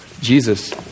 Jesus